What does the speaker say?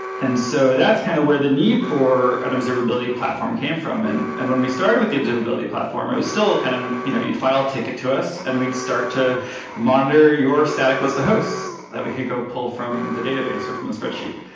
and so that's kind of where the need for an observability platform came from, and and when we started with the observability platform, it was still kind of you know you'd file a ticket to us and we'd start to monitor your static list of hosts that we could go pull from the database or from the spreadsheet.